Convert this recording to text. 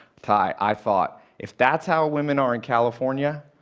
tai, i thought if that's how women are in california,